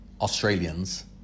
Australians